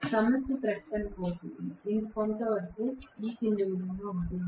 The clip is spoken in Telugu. సమస్య ప్రకటన కొంతవరకు క్రింది విధంగా ఉంటుంది